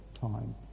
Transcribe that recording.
time